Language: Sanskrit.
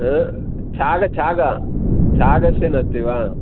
हा छागः छागः छागस्य नास्ति वा